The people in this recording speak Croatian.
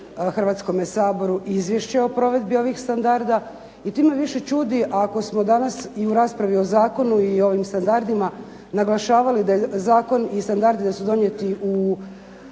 Hrvatskome saboru izvješće o provedbi ovih standarda, i time više čudi ako smo danas i u raspravi o zakonu i ovim standardima naglašavali da zakon i standardi da su donijeti u